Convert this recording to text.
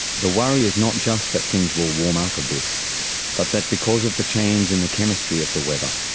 the worry is not just that things will warm up a bit but that because of the change in the chemistry of the weather,